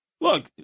Look